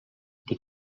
les